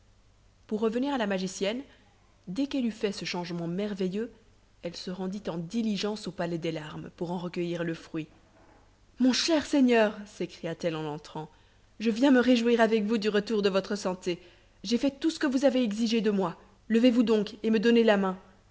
pour revenir à la magicienne dès qu'elle eut fait ce changement merveilleux elle se rendit en diligence au palais des larmes pour en recueillir le fruit mon cher seigneur s'écria-t-elle en entrant je viens me réjouir avec vous du retour de votre santé j'ai fait tout ce que vous avez exigé de moi levez-vous donc et me donnez la main